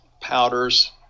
powders